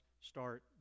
start